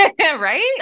Right